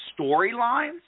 storylines